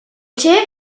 two